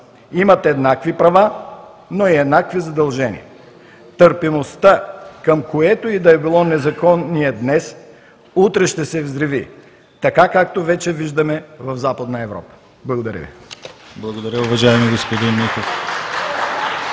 имат еднакви права, но и еднакви задължения. Търпимостта към което и да е било незаконие днес, утре ще се взриви така, както вече виждаме в Западна Европа. Благодаря Ви.